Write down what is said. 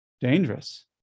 dangerous